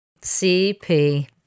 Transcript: CP